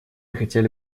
хотели